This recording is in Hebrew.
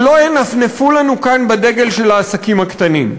שלא ינפנפו לנו כאן בדגל של העסקים הקטנים.